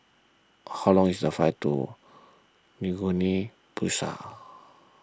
how long is the flight to Guinea Bissau